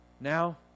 Now